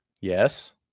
Yes